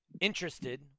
Interested